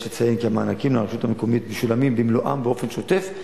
יש לציין כי המענקים לרשות המקומית משולמים במלואם באופן שוטף,